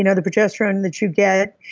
you know the progesterone that you get,